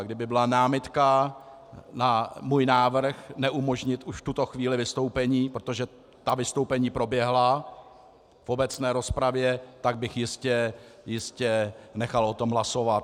Kdyby byla námitka na můj návrh neumožnit už v tuto chvíli vystoupení, protože ta vystoupení proběhla v obecné rozpravě, tak bych jistě nechal o tom hlasovat.